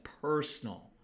personal